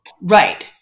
Right